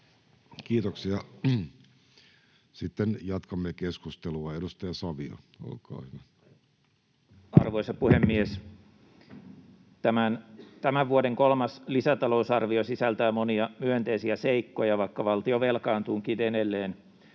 Kiitoksia. — Sitten jatkamme keskustelua. — Edustaja Savio, olkaa hyvä. Arvoisa puhemies! Tämän vuoden kolmas lisätalousarvio sisältää monia myönteisiä seikkoja, vaikka valtio velkaantuukin edelleen